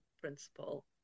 principle